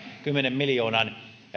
kymmenen miljoonan